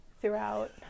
throughout